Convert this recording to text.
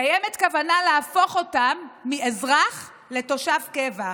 קיימת כוונה להפוך אותם מאזרח לתושב קבע,